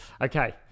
Okay